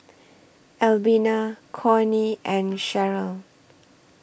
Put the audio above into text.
Albina Cornie and Sherryl